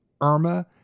Irma